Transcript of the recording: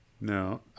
No